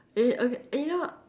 eh okay eh you know what